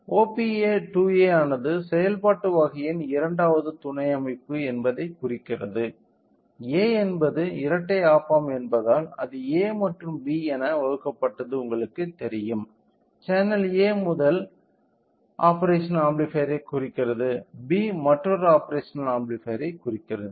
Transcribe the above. OPA 2A ஆனது செயல்பாட்டு வகையின் இரண்டாவது துணை அமைப்பு என்பதைக் குறிக்கிறது A என்பது இரட்டை op amp என்பதால் அது A மற்றும் B என வகுக்கப்பட்டது உங்களுக்குத் தெரியும் சேனல் A முதல் ஆப்பேரஷனல் ஆம்பிளிபையர்யைக் குறிக்கிறது B மற்றொரு ஆப்பேரஷனல் ஆம்பிளிபையர்யைக் குறிக்கிறது